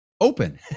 open